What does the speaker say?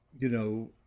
you know,